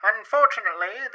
Unfortunately